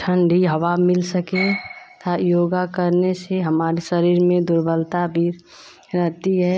ठंडी हवा मिल सके तथा योग करने से हमारी शरीर में दुर्बलता बीर रहती है